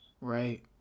Right